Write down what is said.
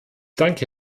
danke